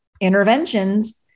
interventions